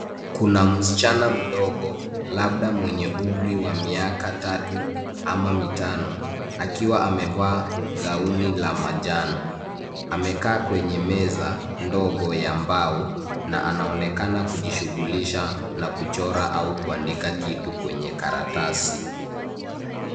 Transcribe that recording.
Kuna msichana mdogo labda mwenye umri wa miaka tatu ama mitano akiwa amevaa gauni la manjano. Amekaa kwenye meza ndogo ya mbao na anaonekana kujishughulisha na kuchora au kuandika kitu kwenye karatasi.